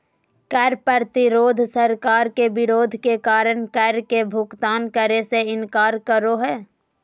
कर प्रतिरोध सरकार के विरोध के कारण कर के भुगतान करे से इनकार करो हइ